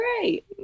great